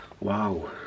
Wow